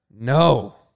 No